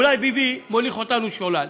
אולי ביבי מוליך אותנו שולל?